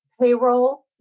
payroll